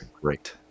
great